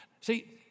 See